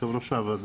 יושב ראש הוועדה,